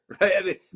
right